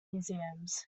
museums